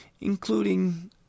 including